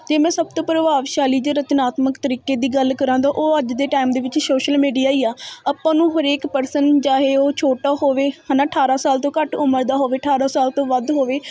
ਅਤੇ ਮੈਂ ਸਭ ਤੋਂ ਪ੍ਰਭਾਵਸ਼ਾਲੀ ਦੇ ਰਤਨਾਤਮਕ ਤਰੀਕੇ ਦੀ ਗੱਲ ਕਰਾਂ ਤਾਂ ਉਹ ਅੱਜ ਦੇ ਟਾਈਮ ਦੇ ਵਿੱਚ ਸੋਸ਼ਲ ਮੀਡੀਆ ਹੀ ਆ ਆਪਾਂ ਨੂੰ ਹਰੇਕ ਪਰਸਨ ਚਾਹੇ ਉਹ ਛੋਟਾ ਹੋਵੇ ਹੈ ਨਾ ਅਠਾਰਾਂ ਸਾਲ ਤੋਂ ਘੱਟ ਉਮਰ ਦਾ ਹੋਵੇ ਅਠਾਰਾਂ ਸਾਲ ਤੋਂ ਵੱਧ ਹੋਵੇ